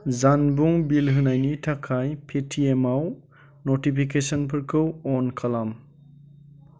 जानबुं बिल होनायनि थाखाय पेटिएमआव न'टिफिकेसनफोरखौ अन खालाम